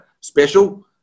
special